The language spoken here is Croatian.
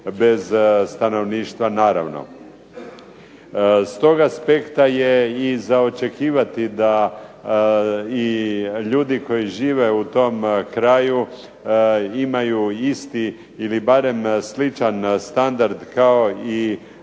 bez stanovništva, naravno. S tog aspekta je i za očekivati da i ljudi koji žive u tom kraju imaju isti ili barem sličan standard kao i